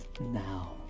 now